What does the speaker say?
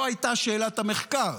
זו הייתה שאלת המחקר.